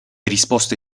risposte